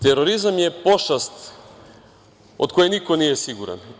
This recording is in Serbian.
Terorizam je pošast od koje niko nije siguran.